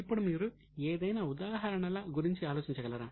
ఇప్పుడు మీరు ఏదైనా ఉదాహరణల గురించి ఆలోచించగలరా